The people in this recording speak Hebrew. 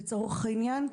לצורך העניין.